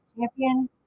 Champion